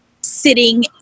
sitting